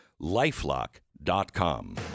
LifeLock.com